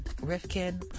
Rifkin